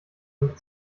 mit